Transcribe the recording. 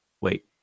Wait